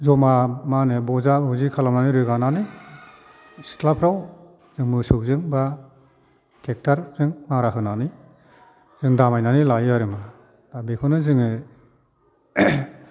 जमा मा होनो बजा बजि खालामनानै रोगानानै सिथ्लाफ्राव जों मोसौजों बा टेक्टारजों मारा होनानै जों दामायनानै लायो आरो मा दा बेखौनो जोङो